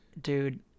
Dude